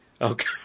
Okay